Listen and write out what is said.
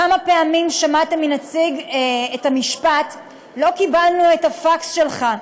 כמה פעמים שמעתם את המשפט: לא קיבלנו את הפקס שלך?